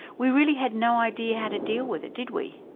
we really had no idea how to deal with it, did we?